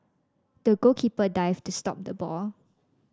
the goalkeeper dived to stop the ball